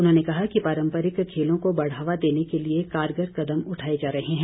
उन्होंने कहा कि पारम्परिक खेलों को बढ़ावा देने के लिए कारगर कदम उठाए जा रहे हैं